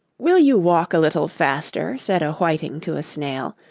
will you walk a little faster? said a whiting to a snail.